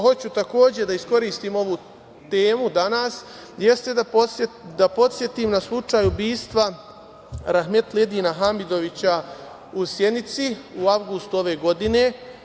Hoću, takođe, da iskoristim ovu temu danas i da podsetim na slučaj ubistva rahmetli Edina Hamidovića u Sjenici, u avgustu ove godine.